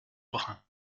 brun